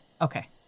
Okay